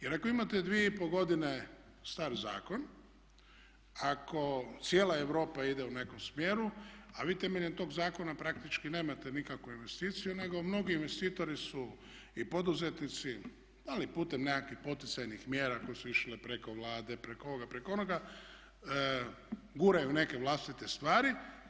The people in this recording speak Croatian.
Jer ako imate 2,5 godine star zakon, ako cijela Europa ide u nekom smjeru a vi temeljem tog zakona praktički nemate nikakvu investiciju nego mnogi investitori i poduzetnici ali i putem nekakvih poticajnih mjera koje su išle preko Vlade, preko ovoga, preko onoga guraju neke vlastite stvari.